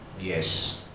Yes